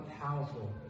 powerful